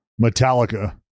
Metallica